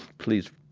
please.